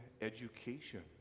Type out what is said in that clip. education